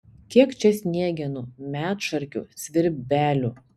kiek čia sniegenų medšarkių svirbelių